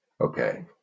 Okay